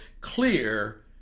clear